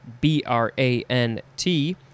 B-R-A-N-T